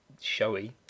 showy